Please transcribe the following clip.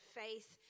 faith